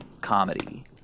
comedy